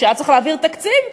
כשהיה צריך להעביר תקציב,